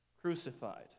crucified